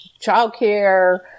childcare